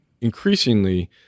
increasingly